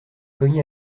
cogné